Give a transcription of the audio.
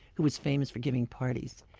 who was famous for giving parties,